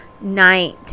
night